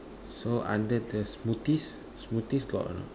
so under the smoothies smoothies got or not